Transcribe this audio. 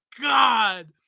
god